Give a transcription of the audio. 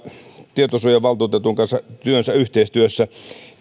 tietosuojavaltuutetun kanssa yhteistyössä